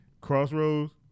Crossroads